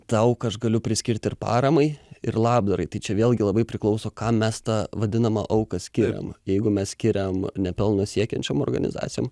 tą auką aš galiu priskirt ir paramai ir labdarai tai čia vėlgi labai priklauso kam mes tą vadinamą auką skiriam jeigu mes skiriam ne pelno siekiančiom organizacijom